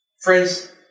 Friends